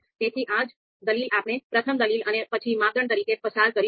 તેથી એ જ દલીલ આપણે પ્રથમ દલીલ અને પછી માપદંડ તરીકે પસાર કરીશું